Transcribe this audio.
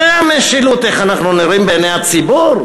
זו המשילות, איך אנחנו נראים בעיני הציבור.